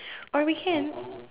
or we can